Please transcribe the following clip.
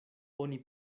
oni